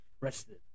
rested